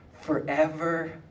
forever